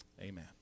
Amen